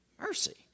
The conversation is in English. Mercy